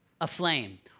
aflame